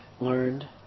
learned